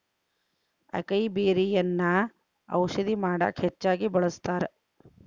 ಅಕೈಬೆರ್ರಿಯನ್ನಾ ಔಷಧ ಮಾಡಕ ಹೆಚ್ಚಾಗಿ ಬಳ್ಸತಾರ